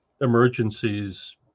emergencies